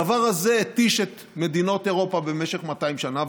הדבר הזה התיש את מדינות אירופה במשך 200 שנה,